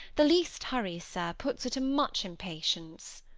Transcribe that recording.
the least hurry, sir, puts her to much impatience.